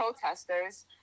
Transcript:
protesters